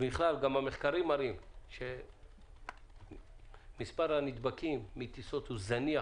והמחקרים מראים שמספר הנדבקים מטיסות הוא זניח,